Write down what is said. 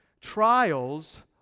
Trials